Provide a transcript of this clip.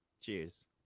Cheers